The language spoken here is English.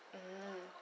mm